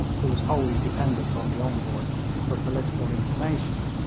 who was wholly dependent on the envoy for political information,